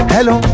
Hello